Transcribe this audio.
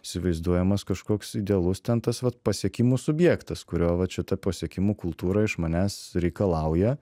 įsivaizduojamas kažkoks idealus ten tas vat pasiekimų subjektas kurio vat šita pasiekimų kultūra iš manęs reikalauja